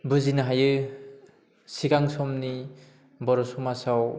बुजिनो हायो सिगां समनि बर' समाजाव